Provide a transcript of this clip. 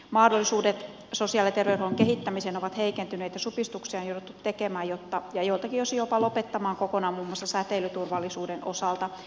mahdollisuudet sosiaali ja terveydenhuollon kehittämiseen ovat heikentyneet ja supistuksia on jouduttu tekemään ja joiltakin osin jopa lopettamaan kokonaan muun muassa säteilyturvallisuuden osalta